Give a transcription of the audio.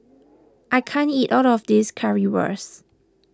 I can't eat all of this Currywurst